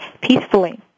peacefully